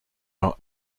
are